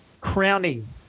crowning